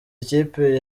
ikipe